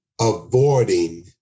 Avoiding